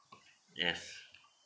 yes